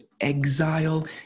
Exile